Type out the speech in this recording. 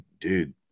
dude